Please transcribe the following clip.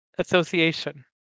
Association